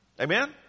Amen